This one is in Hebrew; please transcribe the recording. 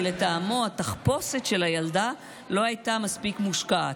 כי לטעמו התחפושת של הילדה לא הייתה מספיק מושקעת.